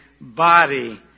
body